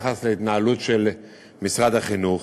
ביחס להתנהלות של משרד החינוך.